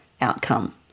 outcome